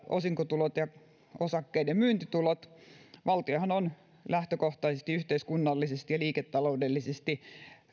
osinkotulot ja osakkeiden myyntitulot valtiohan on lähtökohtaisesti yhteiskunnallisesti ja liiketaloudellisesti